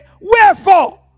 wherefore